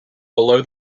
below